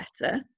better